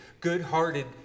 good-hearted